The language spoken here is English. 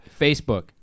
Facebook